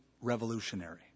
revolutionary